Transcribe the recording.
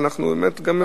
ואנחנו באמת גם,